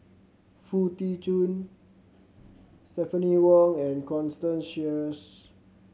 Foo Tee Jun Stephanie Wong and Constance Sheares